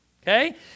Okay